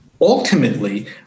ultimately